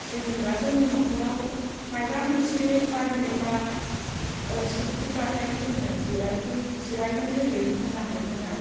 जेनेबा जोंनि न'खराव माबा मोनसे बायनोबा सोंफैबाथाय जोङो जिरायफै जिरायनो होयो मोजांयै मोजां